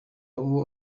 uwo